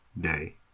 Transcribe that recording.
day